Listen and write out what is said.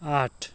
आठ